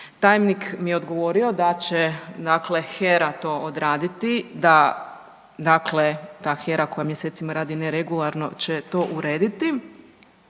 Tajnik mi je odgovorio da će dakle HERA to odrediti, da dakle ta HERA koja mjesecima radi neregularno će to urediti.